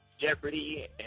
Jeopardy